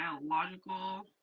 biological